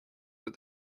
but